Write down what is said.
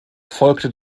folgte